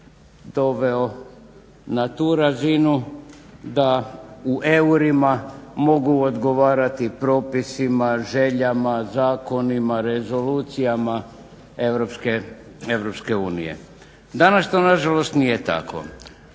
doveo na tu razinu da u eurima mogu odgovarati propisima, željama, zakonima, rezolucijama EU. Danas to nažalost nije tako.